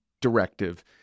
directive